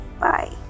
Bye